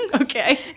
Okay